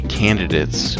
candidates